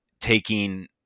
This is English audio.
taking